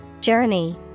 Journey